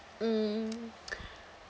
mm